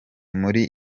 muri